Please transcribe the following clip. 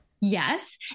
Yes